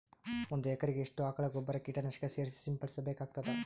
ಒಂದು ಎಕರೆಗೆ ಎಷ್ಟು ಆಕಳ ಗೊಬ್ಬರ ಕೀಟನಾಶಕ ಸೇರಿಸಿ ಸಿಂಪಡಸಬೇಕಾಗತದಾ?